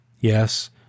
Yes